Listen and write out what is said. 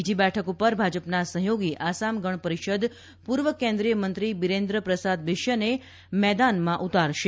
બીજી બેઠક પર ભાજપના સફયોગી આસામ ગણ પરિષદ પૂર્વ કેન્દ્રીય મંત્રી બીરેન્દ્ર પ્રસાદ બિશ્યને મેદાનમાં ઉતારશે